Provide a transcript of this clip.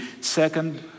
second